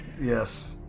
Yes